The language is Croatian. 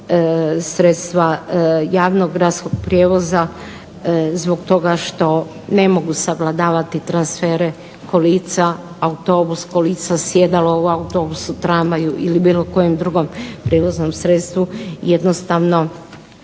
sredstva javnog gradskog prijevoza zbog toga što ne mogu savladavati transfere kolica, autobus, kolica, sjedalo u autobusu, tramvaju ili bilo kojem drugom prijevoznom sredstvu jednostavno